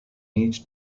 each